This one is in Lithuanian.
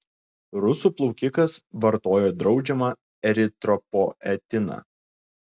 rusų plaukikas vartojo draudžiamą eritropoetiną